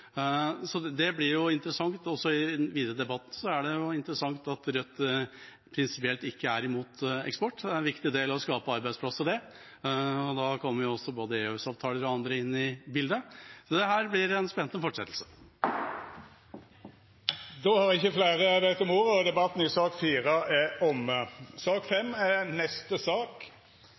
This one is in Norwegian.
blir interessant i den videre debatten. Det er interessant at Rødt prinsipielt ikke er imot eksport. Det er en viktig del av å skape arbeidsplasser. Da kommer jo både EØS-avtaler og annet inn i bildet. Dette blir en spennende fortsettelse. Fleire har ikkje bedt om ordet til sak nr. 4. Etter ønske frå energi- og miljøkomiteen vil presidenten ordna debatten